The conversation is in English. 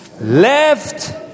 Left